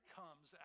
comes